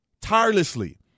tirelessly